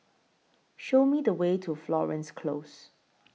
Show Me The Way to Florence Close